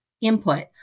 input